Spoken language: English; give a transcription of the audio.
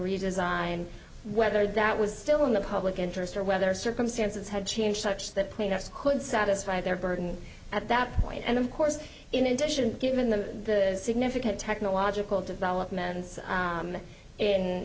redesign whether that was still in the public interest or whether circumstances had changed much that point us could satisfy their burden at that point and of course in addition given the significant technological developments